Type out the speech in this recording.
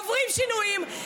עוברים שינויים,